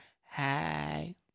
Hi